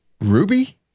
Ruby